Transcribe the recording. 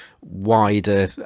wider